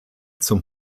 zum